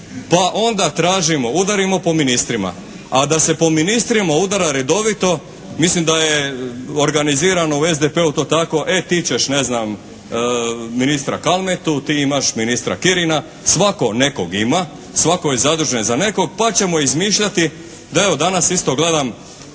pa onda tražimo udarimo po ministrima. A da se po ministrima udara redovito mislim da je organizirano u SDP-u to tako e, ti ćeš ne znam ministra Kalmetu, ti imaš ministra Kirina, svatko nekog ima, svatko je zadužen za nekog, pa ćemo izmišljati. Pa evo, danas isto gledam